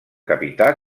capità